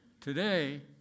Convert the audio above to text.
Today